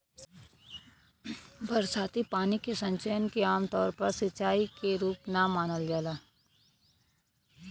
बरसाती पानी के संचयन के आमतौर पर सिंचाई क रूप ना मानल जाला